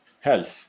health